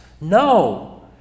No